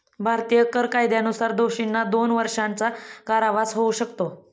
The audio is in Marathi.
भारतीय कर कायद्यानुसार दोषींना दोन वर्षांचा कारावास होऊ शकतो